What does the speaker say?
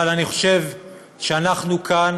אבל אני חושב שאנחנו כאן